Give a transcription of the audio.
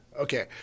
Okay